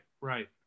right